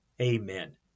Amen